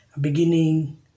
beginning